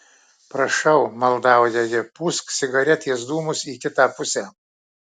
prašau maldauja ji pūsk cigaretės dūmus į kitą pusę